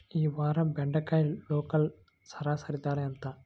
ఈ వారం బెండకాయ లోకల్ సరాసరి ధర ఎంత?